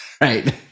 right